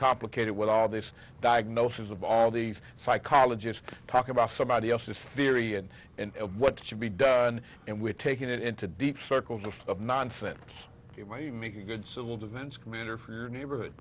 complicated with all this diagnosis of all these psychologists talk about somebody else's theory and what should be done and we're taking it into deep circles of nonsense you might even make a good civil defense commander for your neighborhood